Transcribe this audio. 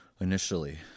Initially